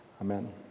Amen